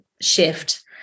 shift